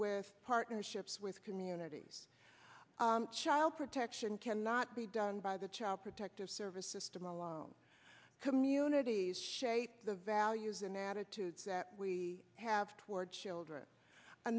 with partnerships with communities child protection cannot be done by the child protective services to malone communities shape the values and attitudes that we have towards children a